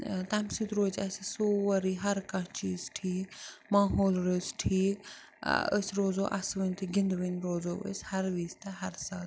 ٲں تَمہِ سۭتۍ روزِ اسہِ سورُے ہر کانٛہہ چیٖز ٹھیٖک ماحول روزِ ٹھیٖک ٲں أسۍ روزو اَسہٕ وٕنۍ تہٕ گِنٛدوٕنۍ روزو أسۍ ہر وِزۍ تہٕ ہر ساتہٕ